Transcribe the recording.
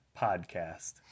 Podcast